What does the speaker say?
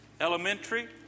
elementary